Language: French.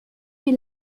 mais